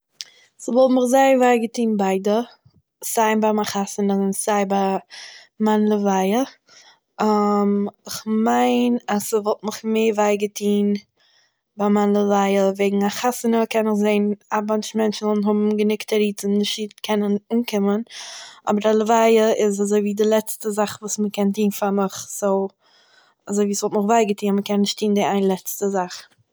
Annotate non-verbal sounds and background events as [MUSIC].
ס'וואלט מיך זייער וויי געטוהן ביידע, סיי ביי מיין חתונה און סיי ביי מיין לוויה, [HESITATION] איך מיין אז ס'וואלט מיך מער וויי געטוהן ביי מיין לוויה וועגן א חתונה קען מען זעהן א באנטש מענטשן וועלן האבן געונג תירוצים נישט צו קענען אנקומען, אבער ביי א לווייה איז אזויווי די לעצטע זאך וואס מ'קען טוהן פאר מיך, סו, ס'וואלט מיך וויי געטוהן אז מ'קען נישט טוהן די איין לעצטע זאך